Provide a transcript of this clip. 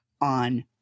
on